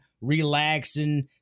relaxing